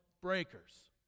breakers